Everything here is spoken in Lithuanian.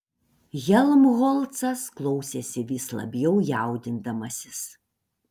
helmholcas klausėsi vis labiau jaudindamasis